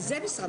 אני נמצאת בזום.